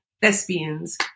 thespians